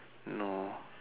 no